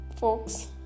folks